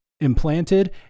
implanted